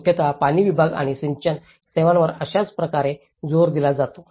मुख्यत पाणी विभाग आणि सिंचन सेवांवर अशाच प्रकारे जोर दिला जातो